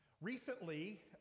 Recently